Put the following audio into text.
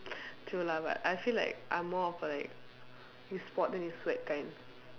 true lah but I feel like I'm more of like you sport then you sweat kind